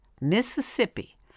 Mississippi